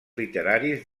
literaris